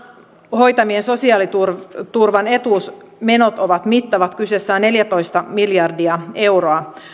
hoitaman sosiaaliturvan etuusmenot ovat mittavat kyseessä on neljätoista miljardia euroa